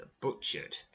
butchered